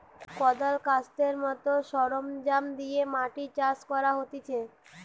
কদাল, কাস্তের মত সরঞ্জাম দিয়ে মাটি চাষ করা হতিছে